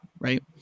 right